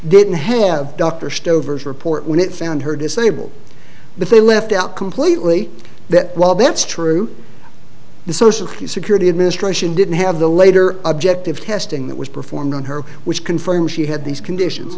didn't have dr stover's report when it found her disabled but they left out completely that while that's true the social security administration didn't have the later objective testing that was performed on her which confirms she had these conditions